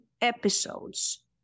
episodes